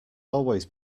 always